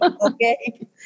okay